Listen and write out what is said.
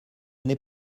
n’est